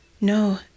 No